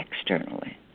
externally